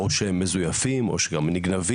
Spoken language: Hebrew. או שהם מזויפים, או שגם נגנבים.